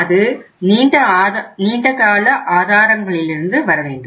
அது நீண்டகால ஆதாரங்களிலிருந்து வரவேண்டும்